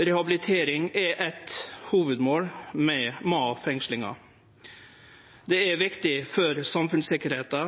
Rehabilitering er eit hovudmål med fengslinga. Det er viktig for samfunnssikkerheita